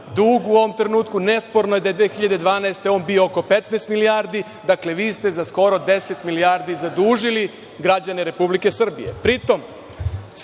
dug u ovom trenutku. Nesporno je da je 2012. godine on bio oko 15 milijardi. Dakle, vi ste za skoro deset milijardi zadužili građane Republike Srbije.